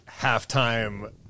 halftime